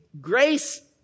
grace